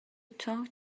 talk